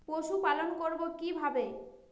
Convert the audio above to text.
পশুপালন করব কিভাবে?